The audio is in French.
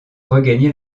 regagner